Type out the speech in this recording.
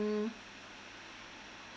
mm